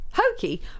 Hokey